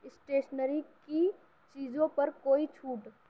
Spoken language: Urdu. اسٹیشنری کی چیزوں پر کوئی چھوٹ